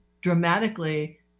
dramatically